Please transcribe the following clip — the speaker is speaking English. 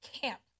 camp